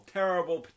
terrible